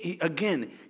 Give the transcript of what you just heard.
Again